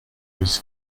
his